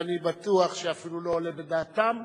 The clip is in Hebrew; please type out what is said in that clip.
ואני בטוח שאפילו לא עולה בדעתם